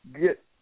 get